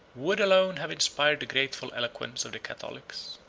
would alone have inspired the grateful eloquence of the catholics.